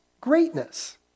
greatness